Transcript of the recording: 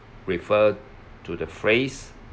refer to the phrase